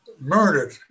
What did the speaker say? murdered